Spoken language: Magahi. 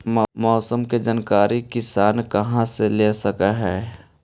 मौसम के जानकारी किसान कहा से ले सकै है?